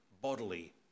bodily